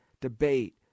debate